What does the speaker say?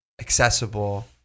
accessible